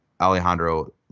Alejandro